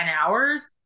hours